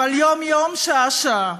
אבל יום-יום, שעה-שעה.